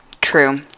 True